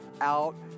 out